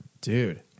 Dude